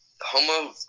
Homo